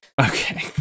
okay